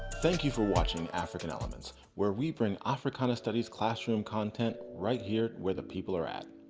thank you for watching african elements where we bring africana studies classroom content right here where the people are at.